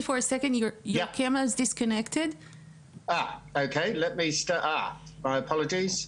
קצרה של קרנות העושר הריבוניות בעולם.